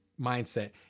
mindset